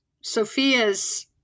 Sophia's